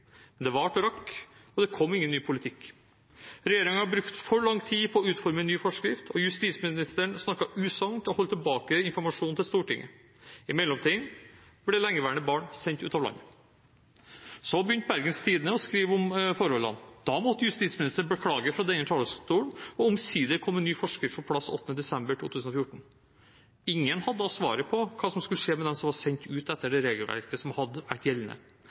det varte og rakk, og det kom ingen ny politikk. Regjeringen brukte for lang tid på å utforme ny forskrift, og justisministeren snakket usant og holdt tilbake informasjon til Stortinget. I mellomtiden ble lengeværende barn sendt ut av landet. Så begynte Bergens Tidende å skrive om forholdene. Da måtte justisministeren beklage fra denne talerstolen, og omsider kom en ny forskrift på plass 8. desember 2014. Ingen hadde da svaret på hva som skulle skje med dem som var sendt ut etter det regelverket som hadde vært gjeldende